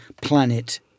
planet